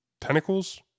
tentacles